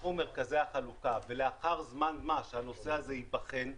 שייפתחו מרכזי החלוקה ולאחר זמן מה שהנושא הזה ייבחן,